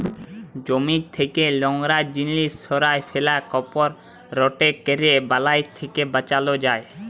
জমি থ্যাকে লংরা জিলিস সঁরায় ফেলা, করপ রটেট ক্যরলে বালাই থ্যাকে বাঁচালো যায়